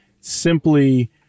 simply